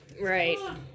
Right